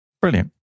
Brilliant